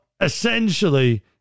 essentially